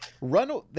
run